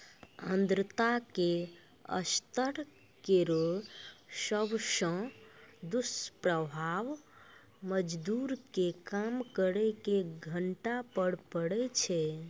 आर्द्रता के स्तर केरो सबसॅ दुस्प्रभाव मजदूर के काम करे के घंटा पर पड़ै छै